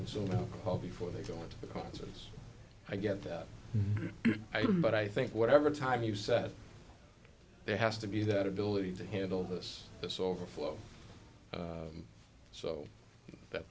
consume alcohol before they go into the conference i get that but i think whatever time you sat there has to be that ability to handle this this overflow so that